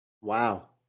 Wow